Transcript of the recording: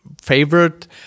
favorite